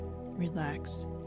Relax